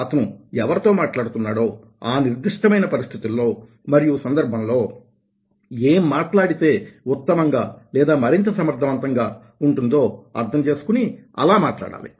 అతను ఎవరితో మాట్లాడుతున్నాడో ఆ నిర్దిష్టమైన పరిస్థితులో మరియు సందర్భంలో ఏం మాట్లాడితే ఉత్తమంగా లేదా మరింత సమర్థవంతంగా ఉంటుందో అర్థం చేసుకుని అలా మాట్లాడాలి